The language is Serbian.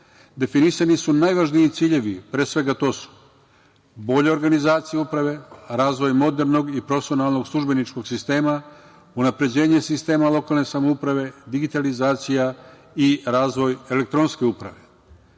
definisani su najvažniji ciljevi. Pre svega, to su: bolja organizacija uprave, razvoj modernog i profesionalnog službeničkog sistema, unapređenje sistema lokalne samouprave, digitalizacija i razvoj elektronske uprave. Kada